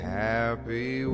happy